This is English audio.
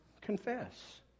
confess